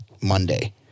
Monday